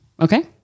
okay